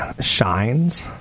shines